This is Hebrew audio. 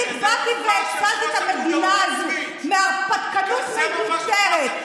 כשאני באתי והצלתי את המדינה הזאת מהרפתקנות מיותרת,